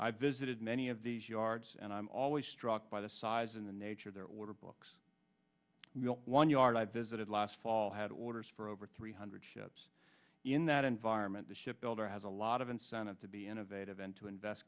i've visited many of these yards and i'm always struck by the size and the nature of their order books one yard i visited last fall had orders for over three hundred ships in that environment the ship builder has a lot of incentive to be innovative and to invest